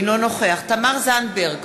אינו נוכח תמר זנדברג,